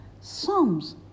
Psalms